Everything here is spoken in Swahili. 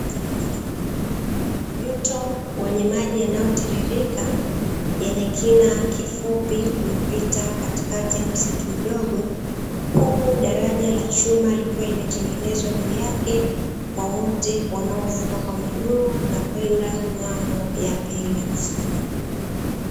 Mto wenye maji yanayotiririka yenye kina kifupi, umepita katikati ya msitu mdogo, huku daraja la chuma likiwa limetengenezwa juu yake kwa wote wanaovuka kwa miguu na kwenda ng’ambo ya pili.